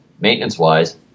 maintenance-wise